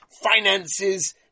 finances